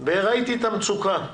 וראיתי את המצוקה.